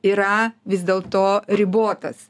yra vis dėl to ribotas